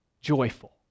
joyful